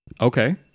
Okay